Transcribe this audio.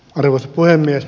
arvoisa puhemies